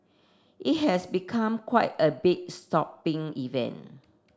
it has become quite a big shopping event